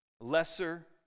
lesser